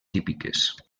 típiques